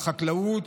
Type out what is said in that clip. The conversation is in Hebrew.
לחקלאות,